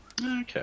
Okay